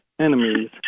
enemies